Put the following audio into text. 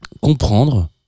comprendre